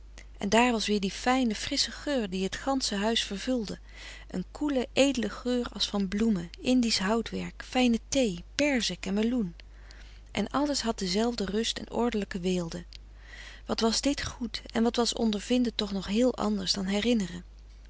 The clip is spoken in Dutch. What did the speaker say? en daar was weer die fijne frissche geur die het gansche huis vervulde een koele edele geur als van bloemen indisch houtwerk fijne thee perzik en meloen en alles had frederik van eeden van de koele meren des doods dezelfde rust en ordelijke weelde wat was dit goed en wat was ondervinden toch nog heel anders dan herinneren